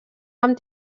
amb